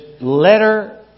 letter